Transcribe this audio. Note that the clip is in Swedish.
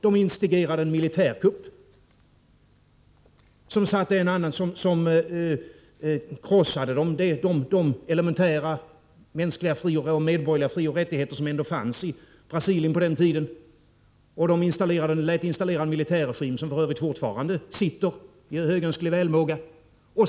De instigerade en militärkupp, som krossade de elementära mänskliga frioch rättigheter som ändå fanns i Brasilien på den tiden och lät installera en militärregim, som f.ö. fortfarande sitter i högönsklig välmåga.